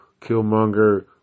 Killmonger